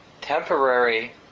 temporary